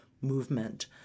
movement